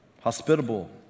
hospitable